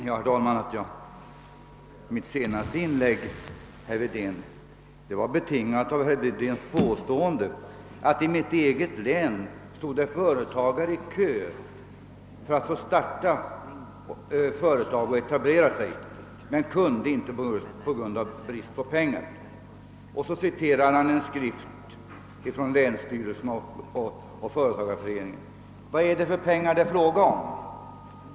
Herr talman! Mitt senaste inlägg betingades av herr Wedéns påstående, att det i mitt eget län stod företagare i kö för att få etablera sig men inte kunde göra det av brist på pengar. Därpå citerade herr Wedén en skrivelse från länsstyrelsen och företagareföreningen. Vad är det fråga om för pengar?